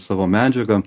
savo medžiagą